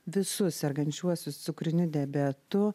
visus sergančiuosius cukriniu diabetu